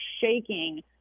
shaking